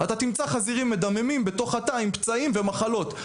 אתה תמצא חזירים מדממים בתוך התא עם פצעים ומחלות.